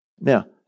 Now